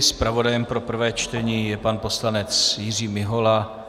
Zpravodajem pro prvé čtení je pan poslanec Jiří Mihola.